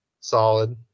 solid